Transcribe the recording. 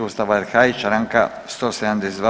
Ustava RH i Članka 172.